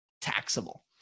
taxable